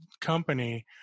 company